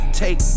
take